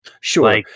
Sure